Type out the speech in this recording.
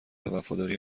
وفاداری